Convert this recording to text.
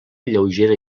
lleugera